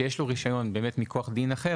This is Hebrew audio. שיש לו רישיון מכוח דין אחר,